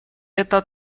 это